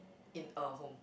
in a home